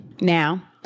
Now